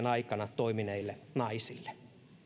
aikana toimineille naisille